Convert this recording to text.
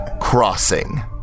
Crossing